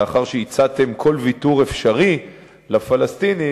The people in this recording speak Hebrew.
לאחר שהצעתם כל ויתור אפשרי לפלסטינים,